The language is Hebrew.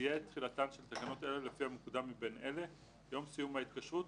תהיה תחילתן של תקנות אלה לפי המוקדם מבין אלה: יום סיום ההתקשרות